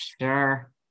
sure